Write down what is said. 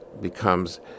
becomes